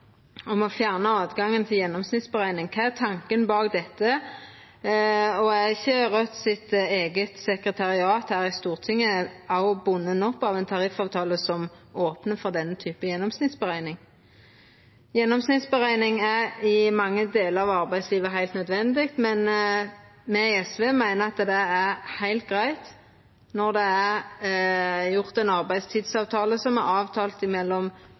fjerna høvet til gjennomsnittsrekning. Kva er tanken bak det? Eg ser at Raudts eige sekretariat her i Stortinget òg er bunde opp av ein tariffavtale som opnar for slik gjennomsnittsrekning. Gjennomsnittsrekning er i mange delar av arbeidslivet heilt nødvendig, men me i SV meiner at det er heilt greitt når det er gjort ein arbeidstidsavtale som er avtalt mellom